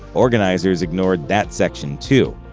organizers ignored that section, too,